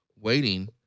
waiting